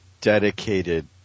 dedicated